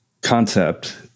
concept